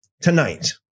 tonight